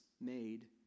made